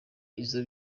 izo